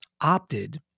opted